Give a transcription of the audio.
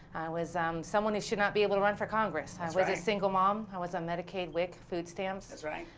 was someone that should not be able to run for congress. i was was a single mom. i was on medicaid, wic, food stamps. that's right.